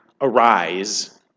arise